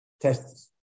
tests